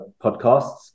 podcasts